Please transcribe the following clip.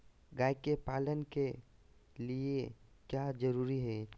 गाय के पालन के लिए क्या जरूरी है?